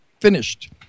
finished